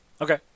okay